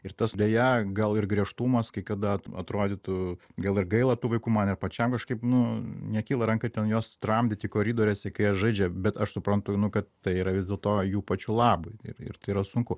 ir tas deja gal ir griežtumas kai kada at atrodytų gal ir gaila tų vaikų man ir pačiam kažkaip nu nekyla ranka ten juos tramdyti koridoriuose kai jie žaidžia bet aš suprantu nu kad tai yra vis dėlto jų pačių labui ir tai yra sunku